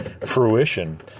fruition